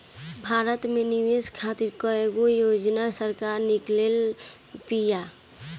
भारत में निवेश खातिर कईगो योजना सरकार निकलले बिया